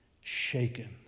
shaken